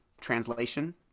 translation